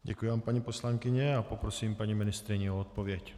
Děkuji vám, paní poslankyně a poprosím paní ministryni o odpověď.